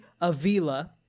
Avila